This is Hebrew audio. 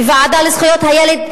בוועדה לזכויות הילד,